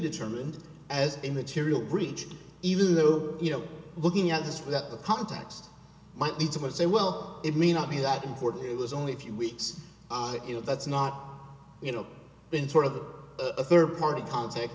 determined as a material breach even though you know looking at this that the context might lead someone to say well it may not be that important it was only a few weeks that you know that's not you know been sort of a third party contact